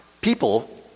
people